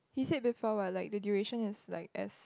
he said before what like the duration is like as